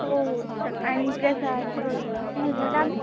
हो हो आणि प्रसाद वगैरे ते घ्यायला लाग